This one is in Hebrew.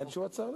אין תשובת שר לזה?